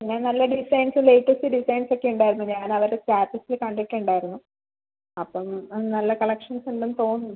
പിന്നെ നല്ല designs latest designs ഒക്കെ ഉണ്ടായിരുന്നു ഞാൻ അവരുടെ സ്റ്റാറ്റസ് കണ്ടിട്ടുണ്ടായിരുന്നു അപ്പം നല്ല കളക്ഷൻസ് ഉണ്ടെന്ന് തോന്നുന്നു